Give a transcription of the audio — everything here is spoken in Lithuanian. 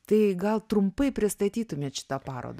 tai gal trumpai pristatytumėt šitą parodą